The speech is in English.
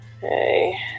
hey